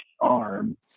arm